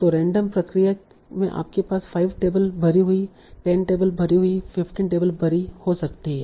तो रैंडम प्रक्रिया में आपके पास 5 टेबल भरी हुई 10 टेबल भरी हुई 15 टेबल भरी हो सकती है